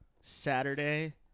saturday